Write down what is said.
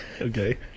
okay